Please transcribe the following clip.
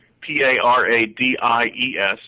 P-A-R-A-D-I-E-S